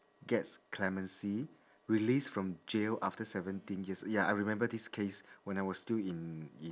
gets clemency release from jail after seventeen years ya I remember this case when I was still in in